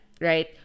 right